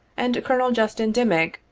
and colonel justin dimick,